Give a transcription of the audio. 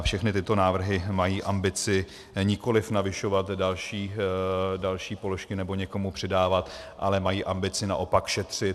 Všechny tyto návrhy mají ambici nikoli navyšovat další položky nebo někomu přidávat, ale mají ambici naopak šetřit.